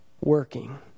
working